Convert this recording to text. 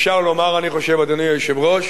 אפשר לומר, אני חושב, אדוני היושב-ראש,